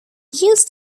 used